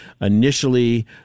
Initially